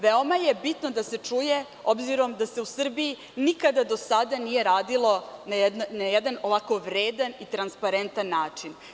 Veoma je bitno da se čuje, obzirom da se u Srbiji nikada do sada nije radilo na jedan ovako vredan i transparentan način.